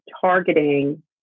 targeting